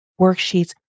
worksheets